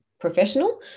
professional